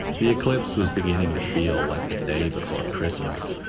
the eclipse was beginning the feel like the day before christmas,